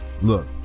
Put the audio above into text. Look